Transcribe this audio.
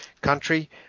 country